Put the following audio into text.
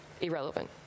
irrelevant